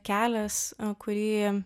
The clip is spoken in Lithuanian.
kelias kurį